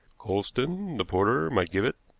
coulsdon, the porter, might give it.